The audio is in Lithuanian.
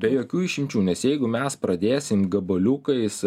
be jokių išimčių nes jeigu mes pradėsim gabaliukais